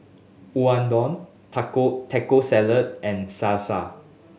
Unadon Taco Salad and Salsa